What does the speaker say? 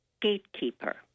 Gatekeeper